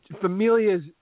Familia's